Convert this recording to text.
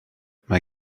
mae